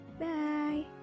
Bye